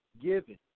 given